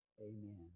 Amen